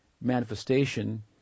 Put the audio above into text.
manifestation